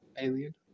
alien